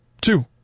Two